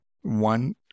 one